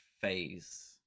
phase